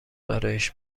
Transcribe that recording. برایش